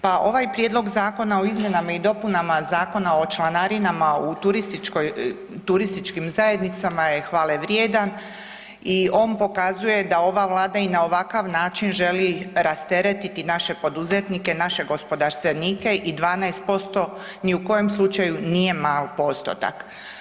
Pa ovaj Prijedlog zakona o izmjenama i dopunama Zakona o članarinama u TZ je hvale vrijedan i on pokazuje da ova vlada i na ovakav način želi rasteretiti naše poduzetnike, naše gospodarstvenike i 12% ni u kojem slučaju nije mal postotak.